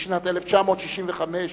בשנת 1965,